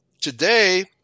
today